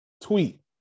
tweet